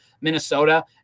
Minnesota